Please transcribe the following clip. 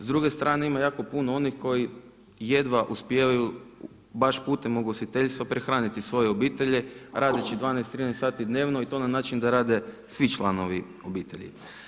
S druge strane, ima jako puno onih koji jedva uspijevaju baš putem ugostiteljstva prehraniti svoje obitelji radeći 12, 13 sati dnevno i to na način da rade svi članovi obitelji.